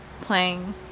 playing